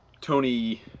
Tony